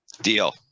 Deal